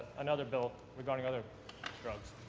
another bill regarding other drugs.